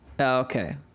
okay